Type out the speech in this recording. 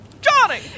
Johnny